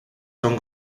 son